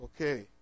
Okay